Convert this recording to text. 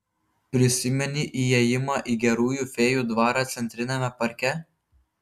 prisimeni įėjimą į gerųjų fėjų dvarą centriniame parke